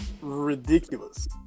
Ridiculous